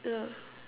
uh